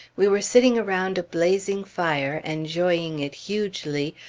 we were sitting around a blazing fire, enjoying it hugely,